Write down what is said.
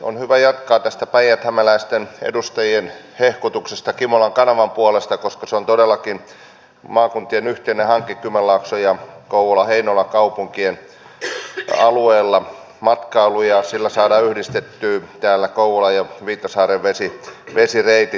on hyvä jatkaa tästä päijäthämäläisten edustajien hehkutuksesta kimolan kanavan puolesta koska se on todellakin maakuntien yhteinen hanke kymenlaakson ja kouvolan ja heinolan kaupunkien alueella ja sillä saadaan yhdistettyä kouvolan ja viitasaaren vesireitit